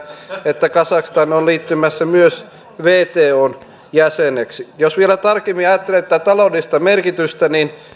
että kazakstan on liittymässä myös wton jäseneksi jos vielä tarkemmin ajattelee tätä taloudellista merkitystä niin